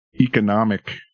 economic